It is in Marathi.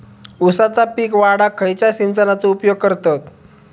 ऊसाचा पीक वाढाक खयच्या सिंचनाचो उपयोग करतत?